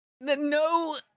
no